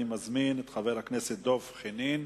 אני מזמין את חבר הכנסת דב חנין.